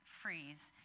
freeze